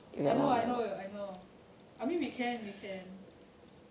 I know I know you I know I mean we can you can